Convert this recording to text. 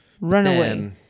Runaway